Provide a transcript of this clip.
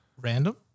random